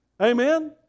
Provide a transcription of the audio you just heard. amen